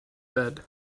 bed